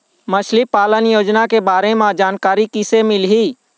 मछली पालन योजना के बारे म जानकारी किसे मिलही?